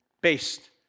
Based